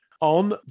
on